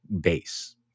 base